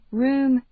room